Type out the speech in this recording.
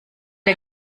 der